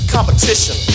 Competition